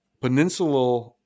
peninsular